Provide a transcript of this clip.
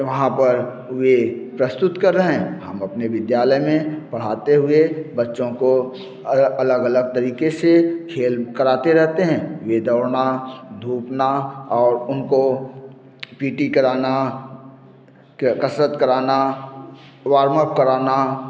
वहाँ पर वे प्रस्तुत कर रहे हैं हम अपने विद्यालय में पढ़ाते हुए बच्चों को अलग अलग तरीके से खेल कराते रहेते हैं ये दौड़ना धूपना और उनको पी टी कराना कसरत कराना वार्मअप कराना